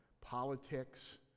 politics